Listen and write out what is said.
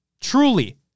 truly